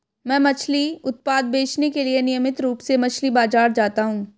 मैं मछली उत्पाद बेचने के लिए नियमित रूप से मछली बाजार जाता हूं